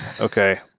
Okay